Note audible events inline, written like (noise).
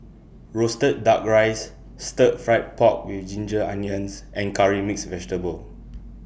Roasted Duck Rice Stir Fried Pork with Ginger Onions and Curry Mixed Vegetable (noise)